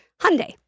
Hyundai